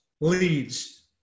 leads